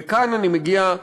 וכאן אני מגיע,